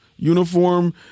Uniform